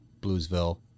Bluesville